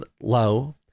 low